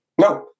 No